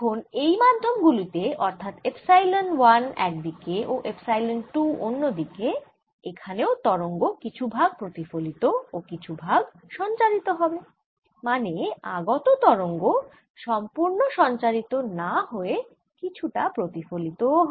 এখন এই মাধ্যম গুলি তে অর্থাৎ এপসাইলন 1 একদিকে ও এপসাইলন 2 অন্য দিকে এখানেও তরঙ্গ কিছু ভাগ প্রতিফলিত ও কিছু ভাগ সঞ্চারিত হবে মানে আগত তরঙ্গ সম্পূর্ণ সঞ্চারিত না হয়ে কিছুটা প্রতিফলিত ও হয়